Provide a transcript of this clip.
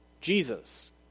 Jesus